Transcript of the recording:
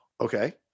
okay